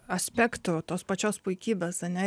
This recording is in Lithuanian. aspektų tos pačios puikybės ane